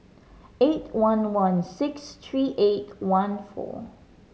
eight one one six three eight one four